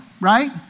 Right